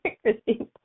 Christine